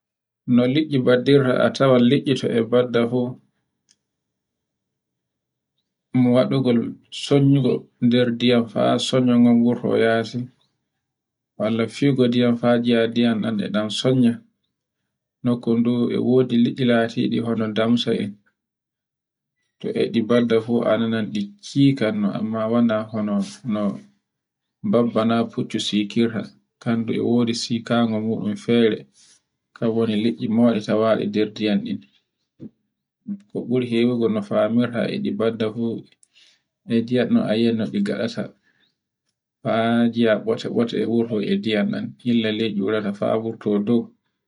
No liɗɗi baddirta a tawan liɗɗi to e badda fu, mwaɗugol sonyugo nder diyam fa sonyongon wuto yaasi. Walla figo ndiyam fa gia diyam ɗan e ɗan sonya. Nokkondu e wodi liɗɗi latindi hona damsa'en to e ɗi badda fu a nanai ɗi, kikanno amma wana hono no babba nakuti sikirta. kandu e wodi sikangon ngon um fere, kan woni liɗɗi mauɗe tawanɗe nder diyam ɗen. ko ɓuri hewugo no famirta e ɗi badda fu e diyam ɗan a yiyai no ɗi gaɗata haa ngia bote-bote e wurto e ndiyam ɗan. hilla ley ɗi eurata fa wurto dow.